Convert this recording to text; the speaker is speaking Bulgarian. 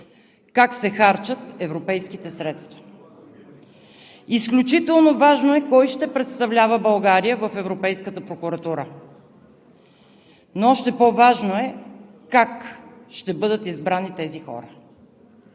как се харчат европейските средства. Изключително важно е кой ще представлява България в Европейската прокуратура, но още по-важно е как ще бъдат избрани тези хора.